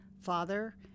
Father